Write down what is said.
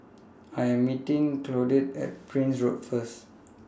I Am meeting Claudette At Prince Road First